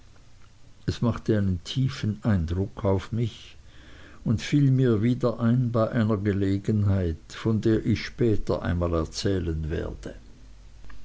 es machte einen tiefen eindruck auf mich und fiel mir wieder ein bei einer gelegenheit von der ich später einmal erzählen werde